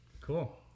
Cool